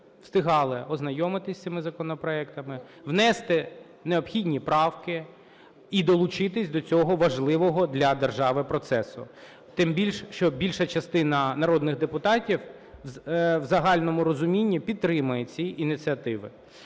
встигали ознайомитися з цими законопроектами, внести необхідні правки і долучитися до цього важливого для держави процесу. Тим більше, що більша частина народних депутатів в загальному розумінні підтримує ці ініціативи.